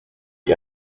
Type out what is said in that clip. sie